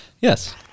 Yes